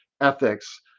ethics